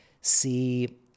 see